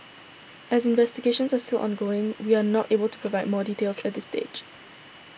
as investigations are still ongoing we are not able to provide more details at this stage